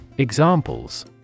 Examples